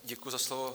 Děkuji za slovo.